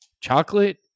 chocolate